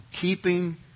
Keeping